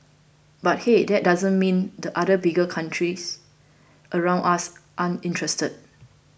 but hey that doesn't mean the other big countries around us aren't interested